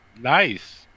nice